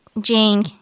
Jane